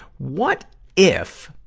what if,